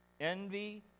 envy